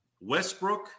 Westbrook